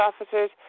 officers